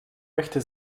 möchte